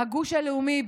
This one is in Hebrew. הגוש הלאומי,